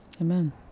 Amen